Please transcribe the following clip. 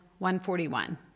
141